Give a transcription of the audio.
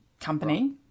company